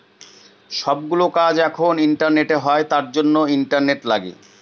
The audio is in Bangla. সব গুলো কাজ এখন ইন্টারনেটে হয় তার জন্য ইন্টারনেট লাগে